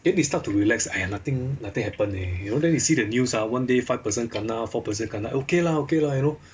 then they start to relax !aiya! nothing nothing happen leh you know then you see the news ah one day five person kena four person kena okay lah okay lah you know